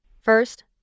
first